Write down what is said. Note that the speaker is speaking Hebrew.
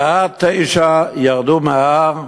ועד 21:00 ירדו מההר,